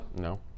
No